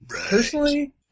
Personally